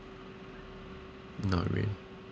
not really